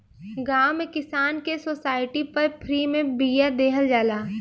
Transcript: गांव में किसान के सोसाइटी पर फ्री में बिया देहल जाला